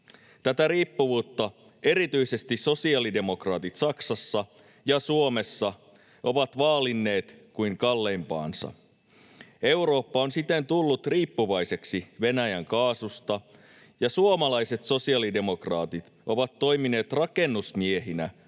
Tätä riippuvuutta erityisesti sosiaalidemokraatit Saksassa ja Suomessa ovat vaalineet kuin kalleimpaansa. Eurooppa on siten tullut riippuvaiseksi Venäjän kaasusta ja suomalaiset sosiaalidemokraatit ovat toimineet rakennusmiehinä